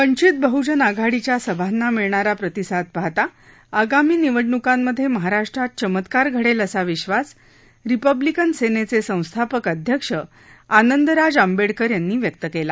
वंचित बहजन आघाडीच्या सभांना मिळणारा प्रतिसाद पाहता आगामी निवडणुकांमध्ये महाराष्ट्रात चमत्कार घडेल असा विश्वास रिपब्लिकन सेनेचे संस्थापक अध्यक्ष आनंदराज आंबेडकर यांनी व्यक्त केला